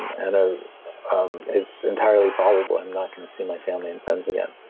and and ah um it's entirely probable i'm not going to see my family and friends again.